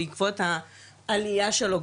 בעקבות העלייה שלו,